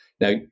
Now